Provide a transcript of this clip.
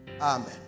amen